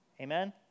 Amen